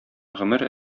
гомер